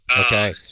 Okay